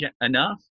enough